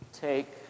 take